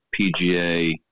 PGA